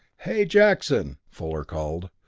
hey, jackson, fuller called,